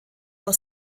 vor